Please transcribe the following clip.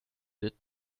did